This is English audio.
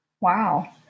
wow